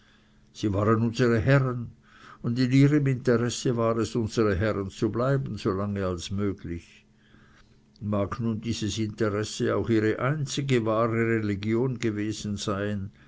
sie waren unsere herren und in ihrem interesse war es unsere herren zu bleiben so lange als möglich mag nun dieses interesse auch ihre einzige wahre religion gewesen sein